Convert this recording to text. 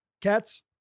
cats